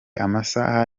amasaha